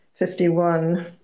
51